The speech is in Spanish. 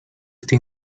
esta